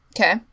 Okay